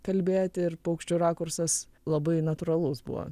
kalbėti ir paukščių rakursas labai natūralus buvo